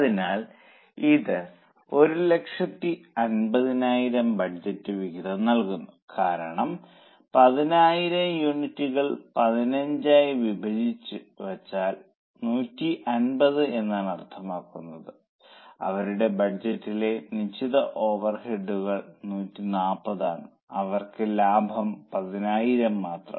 അതിനാൽ ഇത് 150000 ബജറ്റ് വിഹിതം നൽകുന്നു കാരണം 10000 യൂണിറ്റുകൾ 15 ആയി എന്ന് വച്ചാൽ 150 എന്നാണ് അർത്ഥമാക്കുന്നത് അവരുടെ ബഡ്ജറ്റിലെ നിശ്ചിത ഓവർഹെഡുകൾ 140 ആണ് അവർക്ക് ലാഭം 10000 മാത്രം